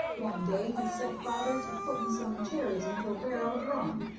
one day he set father to putting some cherries into a bar'l of rum,